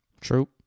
True